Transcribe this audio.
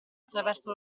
attraverso